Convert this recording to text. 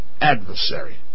adversary